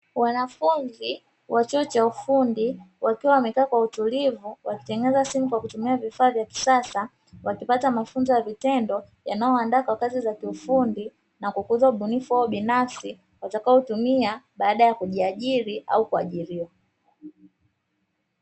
Wanafunzi wa chuo cha ufundi wakiwa wamekaa kwa utulivu huku wakitengeneza simu kwa kutumia vifaa vya kisasa, wakipata mafunzo ya vitendo yanayowaandaa kwa kazi za kiufundi na kukuza ubunifu wao binafsi, watakao utumia baada ya kujiajiri au kuajiriwa.